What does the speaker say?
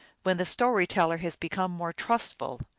when the story-teller has become more trustful,